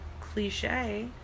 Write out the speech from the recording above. cliche